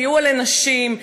הסיוע לנשים,